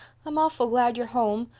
i'm awful glad you're home.